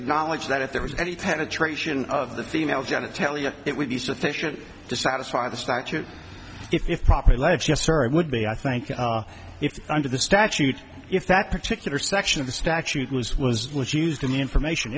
acknowledge that if there was any penetration of the female genitalia it would be sufficient to satisfy the statute if proper life just sorry would be i think if under the statute if that particular section of the statute was was used in the information